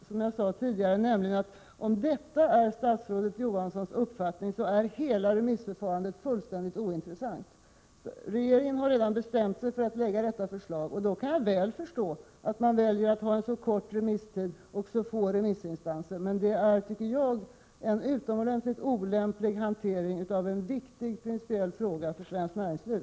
Herr talman! Då återkommer jag till det jag sade tidigare: Om detta är statsrådet Johanssons uppfattning är hela remissförfarandet fullständigt ointressant. Regeringen har tydligen redan bestämt sig för att lägga fram detta förslag. Då kan jag väl förstå att man väljer att ha så kort remisstid och så få remissinstanser. Men jag tycker att det är en utomordentligt olämplig hantering av en viktig principiell fråga för svenskt näringsliv.